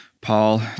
Paul